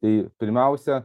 tai pirmiausia